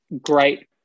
great